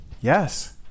Yes